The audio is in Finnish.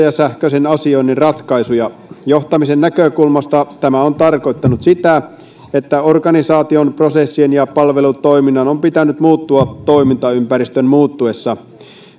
ja sähköisen asioinnin ratkaisuja johtamisen näkökulmasta tämä on tarkoittanut sitä että organisaation prosessien ja palvelutoiminnan on pitänyt muuttua toimintaympäristön muuttuessa